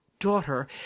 daughter